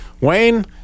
Wayne